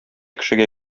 кешегә